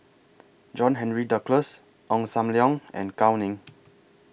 John Henry Duclos Ong SAM Leong and Gao Ning